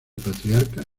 patriarca